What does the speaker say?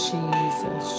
Jesus